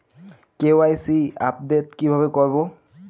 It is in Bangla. কে.ওয়াই.সি আপডেট কিভাবে করবো?